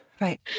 right